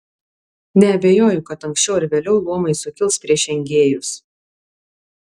neabejoju kad anksčiau ar vėliau luomai sukils prieš engėjus